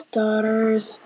daughter's